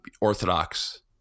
Orthodox